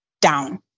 down